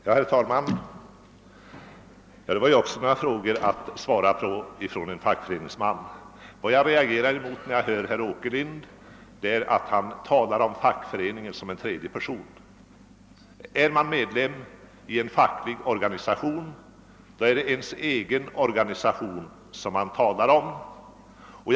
Herr talman! Detta var också frågor från en fackföreningsman att svara på! Vad jag reagerar mot är att herr Åkerlind talar om fackföreningen som en tredje person. Är man medlem i en facklig organisation talar man om denna som sin egen organisation.